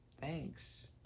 Thanks